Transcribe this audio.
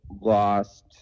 lost